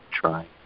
try